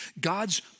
God's